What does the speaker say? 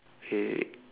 wait wait wait